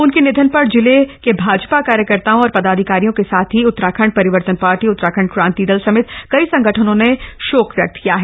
उनके निधन पर जिले के भाजपा कार्यकर्ताओं और पदाधिकारियों के साथ ही उत्तराखंड परिवर्तन पार्टी उत्तराखंड क्रांति दल समेत कई संगठनों ने शोक व्यक्त किया है